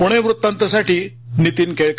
पुणे वृत्तांतसाठी नीतीन केळकर